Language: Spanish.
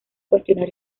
cuestionar